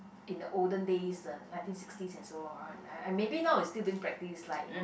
in the olden days uh nineteen sixties and so on uh maybe now it's still being practiced like you know